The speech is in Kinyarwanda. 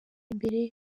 imbere